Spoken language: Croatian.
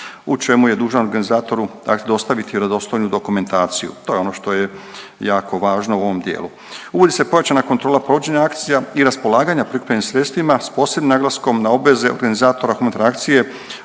u čemu je dužan organizatoru dostaviti vjerodostojnu dokumentaciju, to je ono što je jako važno u ovom dijelu. Uvodi se pojačana kontrola provođenja akcija i raspolaganja prikupljenim sredstvima s posebnim naglaskom na obveze organizatora humanitarne akcije